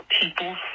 people